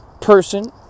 person